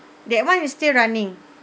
that one is still running